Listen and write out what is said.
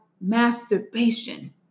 masturbation